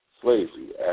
slavery